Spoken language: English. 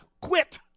quit